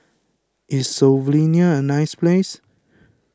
is Slovenia a nice place